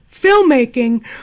filmmaking